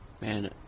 man